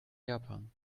japan